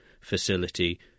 facility